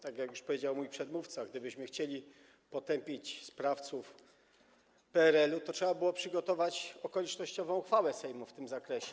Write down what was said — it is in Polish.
Tak jak już powiedział mój przedmówca, gdybyśmy chcieli potępić sprawców z PRL-u, to trzeba było przygotować okolicznościową uchwałę Sejmu w tym zakresie.